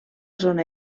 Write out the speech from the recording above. zona